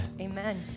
Amen